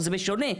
לא, זה בשונה.